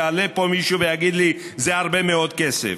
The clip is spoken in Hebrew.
יעלה לפה מישהו ויגיד לי: זה הרבה מאוד כסף,